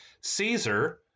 Caesar